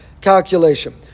calculation